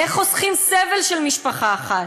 איך חוסכים סבל של משפחה אחת?